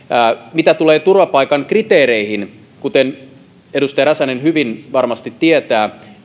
mitä tulee turvapaikan kriteereihin kuten edustaja räsänen varmasti hyvin tietää